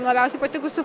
labiausiai patikusių